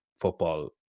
football